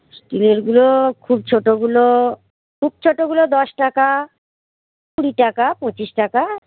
স্টিলেরগুলো খুব ছোটগুলো খুব ছোটগুলো দশ টাকা কুড়ি টাকা পঁচিশ টাকা